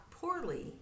poorly